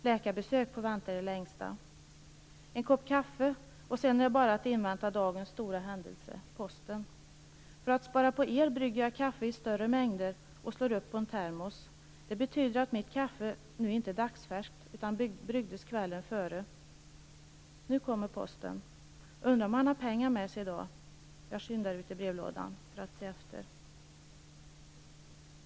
Läkarbesök får vänta i det längsta. En kopp kaffe och sedan är det bara att invänta dagens stora händelse, posten. För att spara på el brygger jag kaffe i större mängder och slår upp på en termos. Det betyder att mitt kaffe nu inte är dagsfärskt utan bryggdes kvällen före. Nu kommer posten. Undrar om han har pengar med sig i dag. Jag skyndar ut till brevlådan för att se efter.